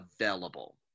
available